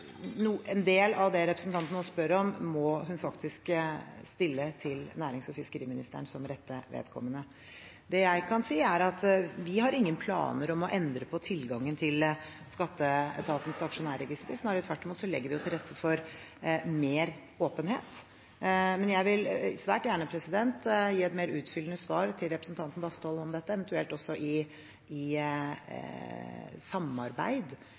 en del av de spørsmålene representanten nå stiller, må hun faktisk rette til nærings- og fiskeriministeren som rette vedkommende. Det jeg kan si, er at vi har ingen planer om å endre på tilgangen til skatteetatens aksjonærregister, snarere tvert imot legger vi jo til rette for mer åpenhet. Men jeg vil svært gjerne gi et mer utfyllende svar til representanten Bastholm om dette, eventuelt også i samarbeid